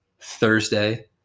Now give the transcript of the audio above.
Thursday